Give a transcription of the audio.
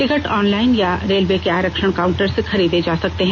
ticket online या railway के आरक्षण काउंटर से खरीदे जा सकते हैं